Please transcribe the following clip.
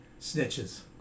Snitches